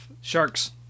Sharks